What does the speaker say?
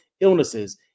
illnesses